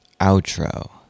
Outro